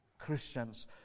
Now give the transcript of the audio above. Christians